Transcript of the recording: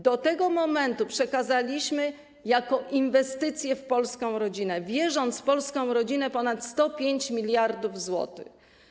Do tego momentu przekazaliśmy jako inwestycję w polską rodzinę, wierząc w polską rodzinę, ponad 105 mld zł.